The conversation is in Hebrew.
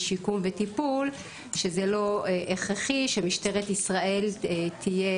בשיקום ובטיפול שזה לא הכרחי שמשטרת ישראל תהיה